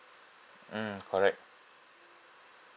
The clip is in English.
mm correct